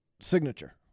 signature